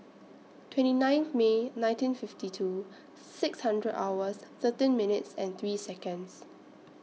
twenty nine May nineteen fifty two six hundred hours thirteen minutes and three Seconds